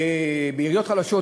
בעיריות חלשות,